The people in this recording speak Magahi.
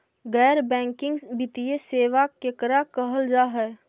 गैर बैंकिंग वित्तीय सेबा केकरा कहल जा है?